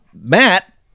Matt